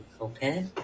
okay